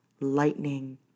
lightning